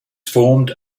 formed